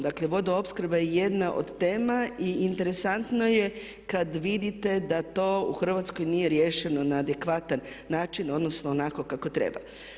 Dakle vodoopskrba je jedna od tema i interesantno je kad vidite da to u Hrvatskoj nije riješeno na adekvatan način, odnosno onako kako treba.